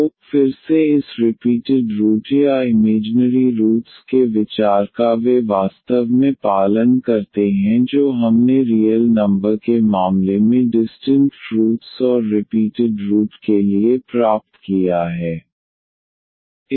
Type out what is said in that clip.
तो फिर से इस रिपीटेड रूट या इमेजनरी रूट्स के विचार का वे वास्तव में पालन करते हैं जो हमने रियल नंबर के मामले में डिस्टिंक्ट रूट्स और रिपीटेड रूट के लिए प्राप्त किया है